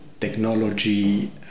technology